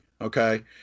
okay